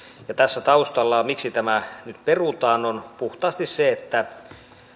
ja tässä taustalla miksi tämä nyt perutaan on puhtaasti se että